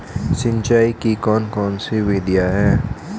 सिंचाई की कौन कौन सी विधियां हैं?